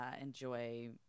enjoy